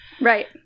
Right